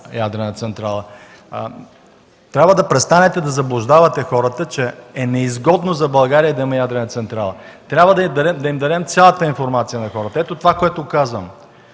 ядрена централа”. Трябва да престанете да заблуждавате хората, че е неизгодно за България да има ядрена централа. Трябва да им дадем цялата информация на хората! Това, което казвам,